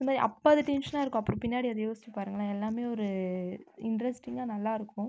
இந்தமாதிரி அப்போ அது டென்ஷனாக இருக்கும் அப்புறம் பின்னாடி அதை யோசிச்சு பாருங்களேன் எல்லாம் ஒரு இன்ட்ரெஸ்டிங்காக நல்லாயிருக்கும்